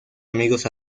amigos